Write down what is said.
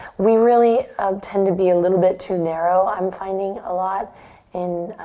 we really um tend to be a little bit too narrow i'm finding a lot in